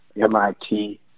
MIT